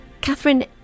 Catherine